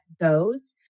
goes